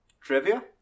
trivia